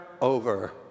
over